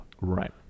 Right